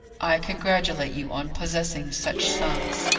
i congratulate you on possessing such sons.